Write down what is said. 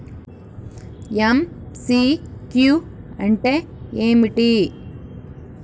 MCQ అంటే ఏమిటి?